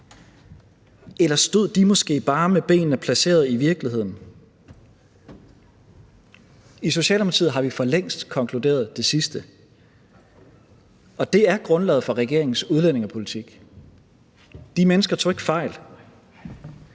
Eller stod de måske bare med benene placeret i virkeligheden? I Socialdemokratiet har vi for længst konkluderet det sidste, og det er grundlaget for regeringens udlændingepolitik; de mennesker tog ikke fejl.